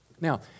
Now